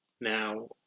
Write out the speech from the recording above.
now